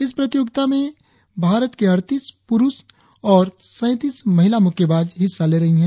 इस प्रतियोगिता में भारत के अड़तीस पुरुष और सैतीस महिला मुक्केबाज हिस्सा ले रहे है